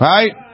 Right